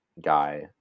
guy